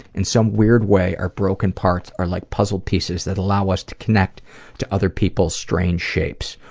in some weird way, our broken parts are like puzzle pieces that allow us to connect to other people's strange shapes.